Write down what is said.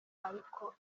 ariko